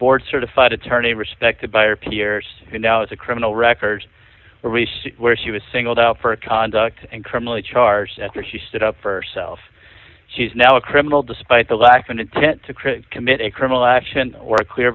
board certified attorney respected by her peers who now is a criminal record for research where she was singled out for a conduct and criminally charged after she stood up for herself she's now a criminal despite the lack of an intent to create commit a criminal action or a clear